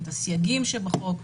את הסייגים שבחוק.